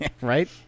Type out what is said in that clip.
Right